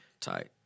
Tight